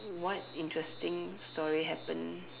what interesting story happen